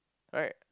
right